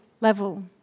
level